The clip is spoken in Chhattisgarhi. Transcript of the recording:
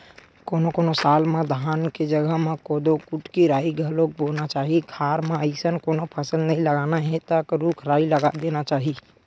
कोनो कोनो साल म धान के जघा म कोदो, कुटकी, राई घलोक बोना चाही खार म अइसन कोनो फसल नइ लगाना हे त रूख राई लगा देना चाही